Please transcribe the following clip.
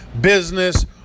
business